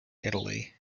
italy